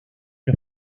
los